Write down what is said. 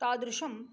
तादृशम्